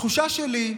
התחושה שלי היא,